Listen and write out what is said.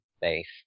base